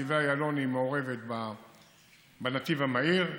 נתיבי איילון מעורבת בנתיב המהיר,